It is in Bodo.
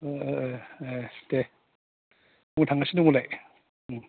ए ए दे आंबो थांगासिनो दं होनबालाय उम